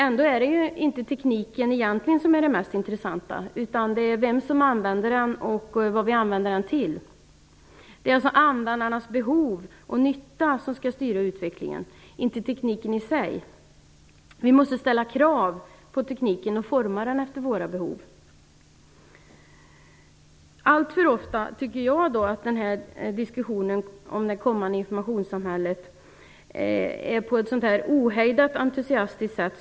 Ändå är det egentligen inte tekniken som är det mest intressanta utan vem som använder den och vad den används till. Det är alltså användarnas behov och nyttan som skall styra utvecklingen och inte tekniken i sig. Vi måste ställa krav på tekniken och forma den efter våra behov. Alltför ofta förs diskussionen om det kommande informationssamhället på ett ohejdat entusiastiskt sätt.